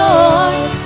Lord